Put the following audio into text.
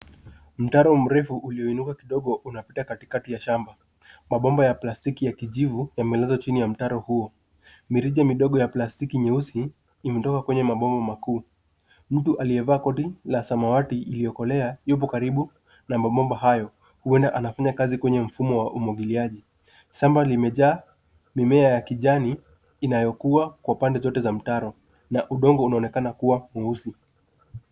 Mtaro mrefu uliyoinuka kidogo unapita katikati ya shamba. Mabomba ya plastiki ya kijivu yamelazwa chini ya mtaro huo. Mirija midogo ya plastiki nyeusi imetoka kwenye mabomba makuu. Mtu aliyevaa koti la samawati iliyokolea yupo karibu na mabomba hayo, huenda anfanya kazi kwenye mfumo wa umwagiliaji. Shamba limejaa mimea ya kijani inayokua kwa pande zote za mtaro na udongo unaonekana kuwa mweusi.